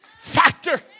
factor